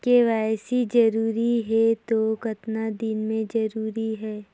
KYC जरूरी हे तो कतना दिन मे जरूरी है?